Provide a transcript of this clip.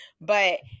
But-